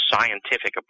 scientific